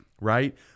Right